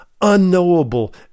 unknowable